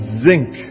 zinc